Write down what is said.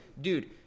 Dude